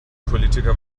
politiker